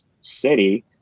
city